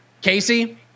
Casey